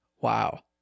Wow